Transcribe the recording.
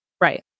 Right